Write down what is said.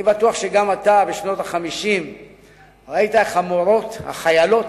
אני בטוח שגם אתה בשנות ה-50 ראית איך המורות החיילות,